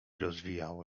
rozwijało